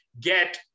get